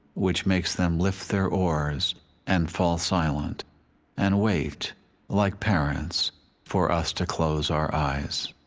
which makes them lift their oars and fall silent and wait like parents for us to close our eyes.